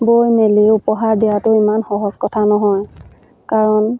বৈ মেলি উপহাৰ দিয়াটো ইমান সহজ কথা নহয় কাৰণ